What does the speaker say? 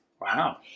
Wow